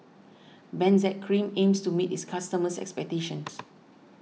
Benzac Cream aims to meet its customers' expectations